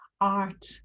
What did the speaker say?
art